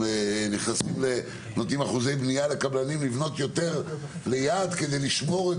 ונותנים אחוזי בנייה לקבלנים לבנות יותר ליד כדי לשמור את